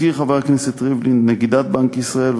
הזכיר חבר הכנסת ריבלין את נגידת בנק ישראל,